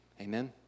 Amen